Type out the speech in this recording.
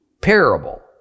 parable